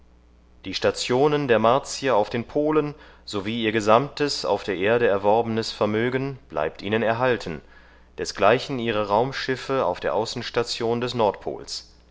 die stationen der martier auf den polen sowie ihr gesamtes auf der erde erworbenes vermögen bleibt ihnen erhalten desgleichen ihre raumschiffe auf der außenstation des nordpols